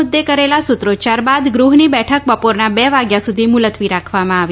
મુદ્દે કરેલા સૂત્રોચ્યાર બાદ ગૃહની બેઠક બપોરના બે વાગ્યા સુધી મુલત્વી રાખવામાં આવી